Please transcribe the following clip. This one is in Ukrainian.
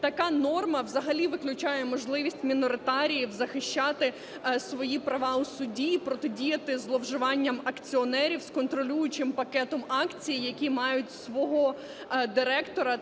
Така норма взагалі виключає можливість міноритаріїв захищати свої права у суді і протидіяти зловживанням акціонерів з контролюючим пакетом акцій, які мають свого директора